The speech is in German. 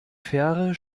fähre